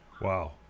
Wow